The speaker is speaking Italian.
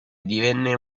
divenne